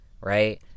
right